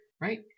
right